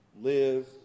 live